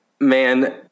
man